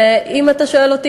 אם אתה שואל אותי,